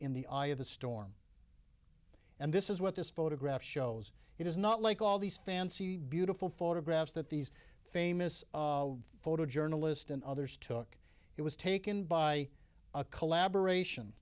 in the eye of the storm and this is what this photograph shows it is not like all these fancy beautiful photographs that these famous photo journalist and others took it was taken by a collaboration